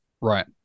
Right